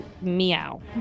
Meow